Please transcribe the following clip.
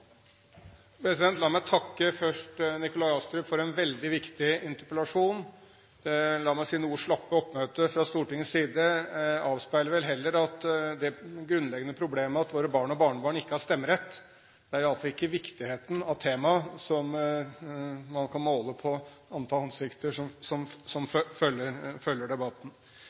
La meg først takke Nikolai Astrup for en veldig viktig interpellasjon. La meg si at det noe slappe oppmøtet fra Stortingets side avspeiler vel heller det grunnleggende problemet at våre barn og barnebarn ikke har stemmerett. Det er iallfall ikke viktigheten av temaet som man kan måle på antall ansikter som